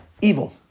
Evil